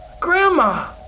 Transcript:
Grandma